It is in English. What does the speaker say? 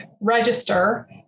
register